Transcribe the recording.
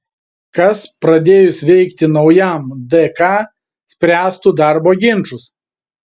kas pradėjus veikti naujam dk spręstų darbo ginčus